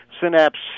Synapse